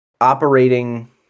operating